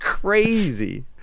crazy